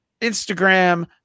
Instagram